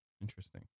Interesting